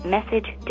Message